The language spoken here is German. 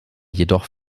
jedoch